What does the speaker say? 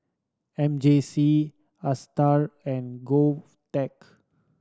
M J C Astar and GovTech